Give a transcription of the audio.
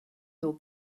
your